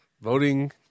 Voting